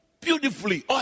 beautifully